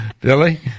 Billy